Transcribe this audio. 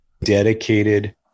dedicated